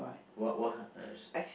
what what